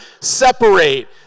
separate